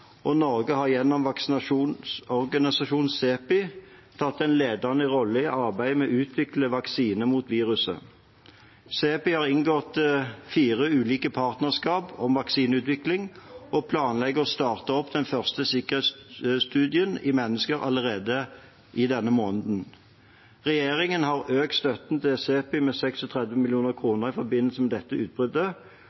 Norge har gjennom vaksineorganisasjonen CEPI tatt en ledende rolle i arbeidet med å utvikle en vaksine mot viruset. CEPI har inngått fire ulike partnerskap om vaksineutvikling og planlegger å starte opp den første av sikkerhetsstudiene i mennesker allerede denne måneden. Regjeringen har økt støtten til CEPI med